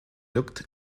looked